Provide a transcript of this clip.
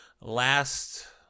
last